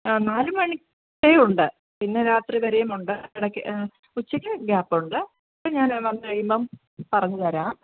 ആ നാലുമണി വരെയുണ്ട് പിന്നെ രാത്രി വരെയുമുണ്ട് ഇടക്ക് ഉച്ചയ്ക്ക് ഗ്യാപ്പ് ഉണ്ട് അത് ഞാൻ വന്ന് കഴിയുമ്പം പറഞ്ഞുതരാം